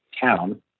town